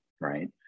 Right